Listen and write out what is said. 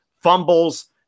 fumbles